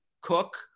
Cook